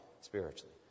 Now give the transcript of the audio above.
spiritually